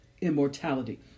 immortality